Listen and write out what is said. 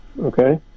okay